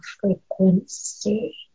frequency